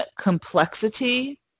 complexity